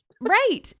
Right